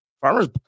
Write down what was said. Farmer's